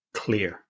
clear